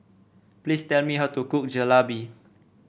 please tell me how to cook Jalebi